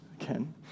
again